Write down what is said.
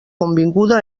convinguda